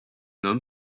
homme